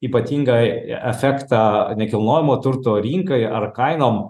ypatingą efektą nekilnojamo turto rinkai ar kainom